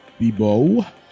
bebo